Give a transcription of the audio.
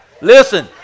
Listen